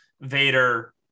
Vader